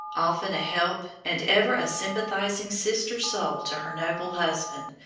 often a help, and ever a sympathising sister-soul to her noble husband,